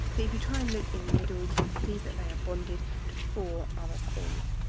but if you try and look in the middle, you can see that they are bonded to four other things.